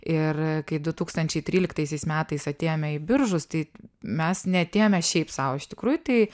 ir kai du tūkstančiai tryliktaisiais metais atėjome į biržus tai mes neatėjome šiaip sau iš tikrųjų tai